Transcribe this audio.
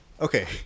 okay